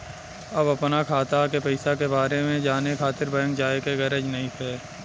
अब अपना खाता के पईसा के बारे में जाने खातिर बैंक जाए के गरज नइखे